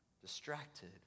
distracted